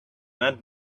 that